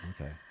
okay